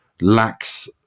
lacks